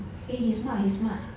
eh he smart he smart